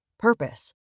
Purpose